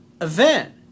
event